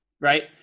Right